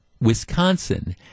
Wisconsin